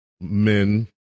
men